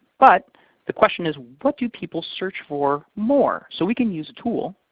but the question is, what do people search for more? so we can use a tool.